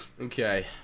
Okay